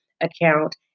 account